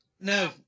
No